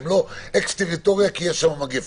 והם לא אקס-טריטוריה כי יש שם מגפה.